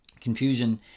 Confusion